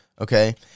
Okay